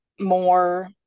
more